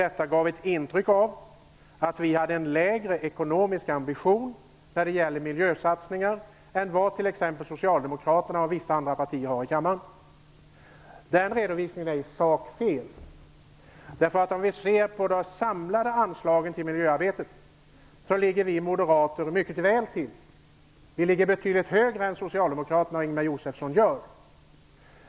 Detta gav ett intryck av att vi har en lägre ekonomisk ambition när det gäller miljösatsningar än vad t.ex. Socialdemokraterna och vissa andra partier i kammaren har. Den redovisningen är i sak fel. Om vi ser på de samlade anslagen till miljöarbetet ligger vi moderater mycket väl till. Vi ligger betydligt högre än socialdemokraterna och Ingemar Josefsson gör.